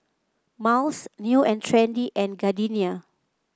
Miles New And Trendy and Gardenia